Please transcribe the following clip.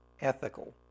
ethical